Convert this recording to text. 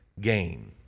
gain